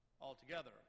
Altogether